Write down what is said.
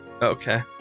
Okay